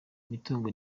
imitungo